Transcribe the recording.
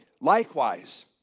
likewise